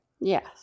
Yes